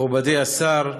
מכובדי השר,